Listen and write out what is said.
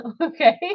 Okay